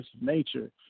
Nature